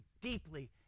deeply